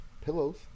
pillows